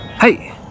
hey